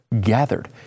gathered